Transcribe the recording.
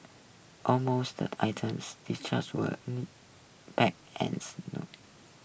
almost the items distrust were any and snow